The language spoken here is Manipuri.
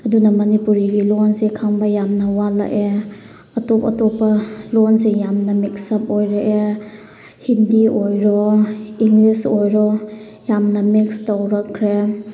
ꯑꯗꯨꯅ ꯃꯔꯤꯄꯨꯔꯤꯒꯤ ꯂꯣꯟꯁꯦ ꯈꯪꯕ ꯌꯥꯝꯅ ꯋꯥꯠꯂꯛꯑꯦ ꯑꯇꯣꯞ ꯑꯇꯣꯞꯄ ꯂꯣꯟꯁꯦ ꯌꯥꯝꯅ ꯃꯤꯛꯁ ꯑꯞ ꯑꯣꯏꯔꯛꯑꯦ ꯍꯤꯟꯗꯤ ꯑꯣꯏꯔꯣ ꯏꯪꯂꯤꯁ ꯑꯣꯏꯔꯣ ꯌꯥꯝꯅ ꯃꯤꯛꯁ ꯇꯧꯔꯛꯈ꯭ꯔꯦ